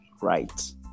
right